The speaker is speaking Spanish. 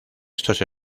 estos